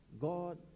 God